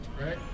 right